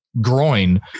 groin